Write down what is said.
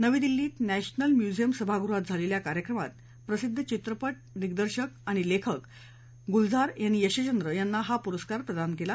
नवी दिल्लीत national museum सभागृहात झालेल्या कार्यक्रमात प्रसिद्ध चित्रपट आणि दिग्दर्शक गुलझार यांनी यशचंद्र यांना पुरस्कार प्रदान केला